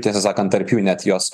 tiesą sakant tarp jų net jos